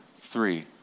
three